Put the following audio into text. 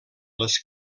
les